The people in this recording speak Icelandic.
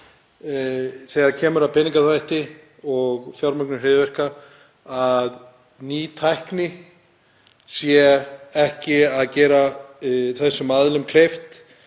þegar kemur að peningaþvætti og fjármögnun hryðjuverka, að ný tækni geri ekki þessum aðilum kleift